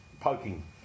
poking